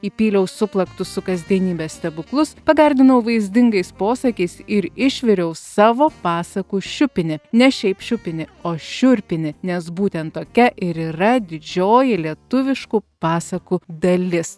įpyliau suplaktus su kasdienybe stebuklus pagardinau vaizdingais posakiais ir išviriau savo pasakų šiupinį ne šiaip šiupinį o šiurpinį nes būtent tokia ir yra didžioji lietuviškų pasakų dalis